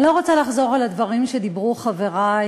אני לא רוצה לחזור על הדברים שדיברו חברי,